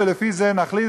ולפי זה נחליט,